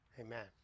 amen